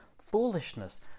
foolishness